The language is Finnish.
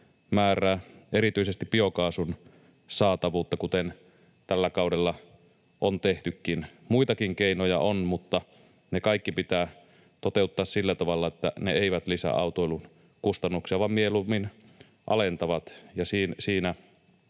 määrää, erityisesti biokaasun saatavuutta, kuten tällä kaudella on tehtykin. Muitakin keinoja on, mutta ne kaikki pitää toteuttaa sillä tavalla, että ne eivät lisää autoilun kustannuksia vaan mieluummin alentavat.